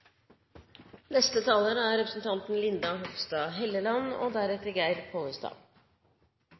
neste taler er representanten Michael Tetzschner og deretter